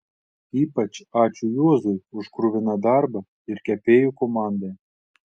ypač ačiū juozui už kruviną darbą ir kepėjų komandai